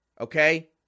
Okay